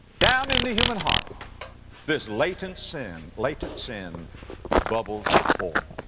down in the human heart this latent sin, latent sin bubbles forth.